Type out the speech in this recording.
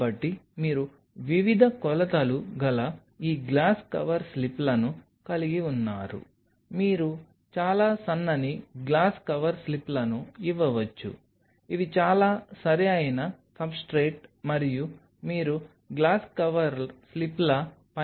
కాబట్టి మీరు వివిధ కొలతలు గల ఈ గ్లాస్ కవర్ స్లిప్లను కలిగి ఉన్నారు మీరు చాలా సన్నని గ్లాస్ కవర్ స్లిప్లను ఇవ్వవచ్చు ఇవి చాలా సరిఅయిన సబ్స్ట్రేట్ మరియు మీరు గ్లాస్ కవర్ స్లిప్ల పైన కణాలను పెంచుకోవచ్చు